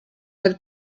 mit